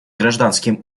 гражданским